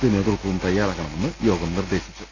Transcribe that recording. P നേതൃത്വവും തയ്യാറാവണമെന്ന് യോഗം നിർദ്ദേശിച്ചു